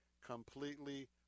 completely